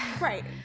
Right